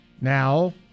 now